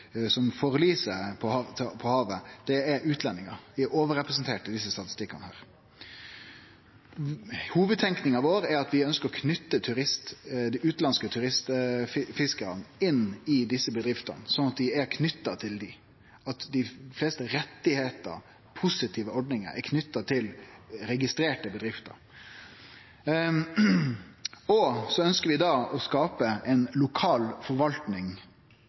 som forliser på havet, er utlendingar. Dei er overrepresenterte i desse statistikkane. Hovudtenkinga vår er at vi ønskjer å knyte dei utanlandske turistfiskarane til desse bedriftene, slik at dei fleste rettar og positive ordningar er knytte til registrerte bedrifter. Så ønskjer vi å skape ei lokal forvaltning,